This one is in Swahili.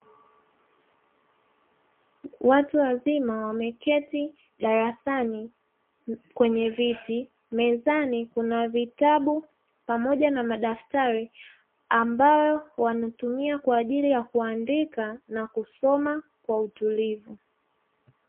Watu wazima wameketi darasani kwenye viti, mezani kuna vitabu pamoja na madaftari ambayo wanatumia kwa ajili ya kuandika na kusoma kwa utulivu.